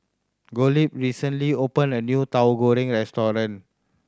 Gottlieb recently opened a new Tahu Goreng restaurant